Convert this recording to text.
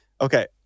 Okay